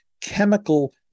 chemical